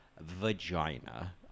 vagina